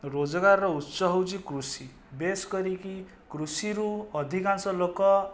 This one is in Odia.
ରୋଜଗାରର ଉତ୍ସ ହେଉଛି କୃଷି ବେଶ୍ କରିକି କୃଷିରୁ ଅଧିକାଂଶ ଲୋକ